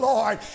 Lord